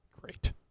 Great